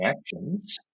actions